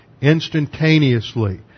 instantaneously